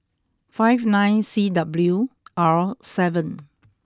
five nine C W R seven